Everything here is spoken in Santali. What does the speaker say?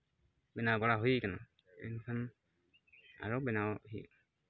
ᱵᱮᱱᱟᱣ ᱵᱟᱲᱟ ᱦᱩᱭ ᱠᱟᱱᱟ ᱮᱱᱠᱷᱟᱱ ᱟᱨᱚ ᱵᱮᱱᱟᱣ ᱦᱩᱭᱩᱜᱼᱟ